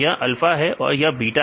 यह अल्फा है और यह बीटा